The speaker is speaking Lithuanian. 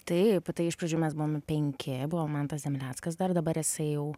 taip tai iš pradžių mes buvom nu penki buvo mantas zemleckas dar dabar jisai jau